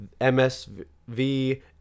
MSV